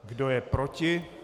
Kdo je proti?